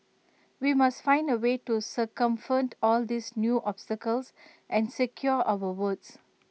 we must find A way to circumvent all these new obstacles and secure our votes